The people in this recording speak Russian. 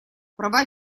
права